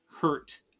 hurt